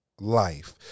life